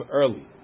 early